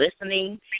listening